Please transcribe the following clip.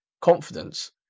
confidence